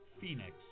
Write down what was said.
Phoenix